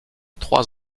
trois